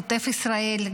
עוטף ישראל,